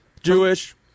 Jewish